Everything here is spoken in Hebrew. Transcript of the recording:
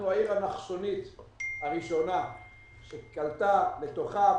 אנחנו העיר הנחשונית הראשונה שקלטה לתוכה.